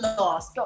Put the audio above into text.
lost